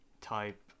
type